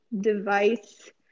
device